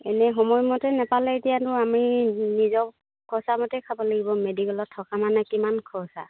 এনেই সময়মতে নাপালে এতিয়াতো আমি নিজক খৰচা মতেই খাব লাগিব মেডিকেলত থকা মানে কিমান খৰচা